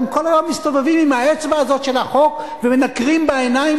והם כל היום מסתובבים עם האצבע הזאת של החוק ומנקרים בעיניים